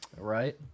Right